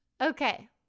Okay